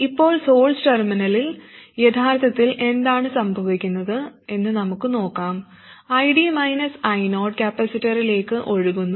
ഇപ്പോൾ സോഴ്സ് ടെർമിനലിൽ യഥാർത്ഥത്തിൽ എന്താണ് സംഭവിക്കുന്നതെന്ന് നമുക്ക് നോക്കാം ID I0 കപ്പാസിറ്ററിലേക്ക് ഒഴുകുന്നു